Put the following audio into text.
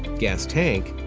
gas tank,